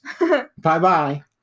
Bye-bye